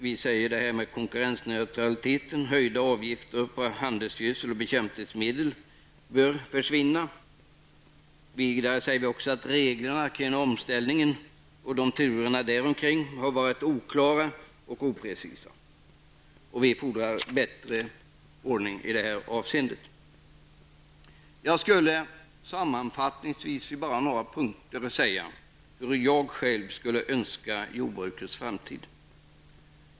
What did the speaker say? Vi uttalar oss också mot höjda avgifter på bekämpningsmedel. Vi säger vidare att reglerna för omställningen har varit oprecisa och turerna däromkring oklara. Vi fordrar en bättre ordning i det här avseendena. Jag skulle sammanfattningsvis vilja säga följande om hur jag själv skulle vilja se jordbrukets framtid.